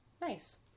Nice